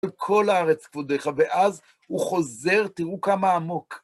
כל הארץ כבודיך, ואז הוא חוזר, תראו כמה עמוק.